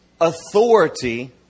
authority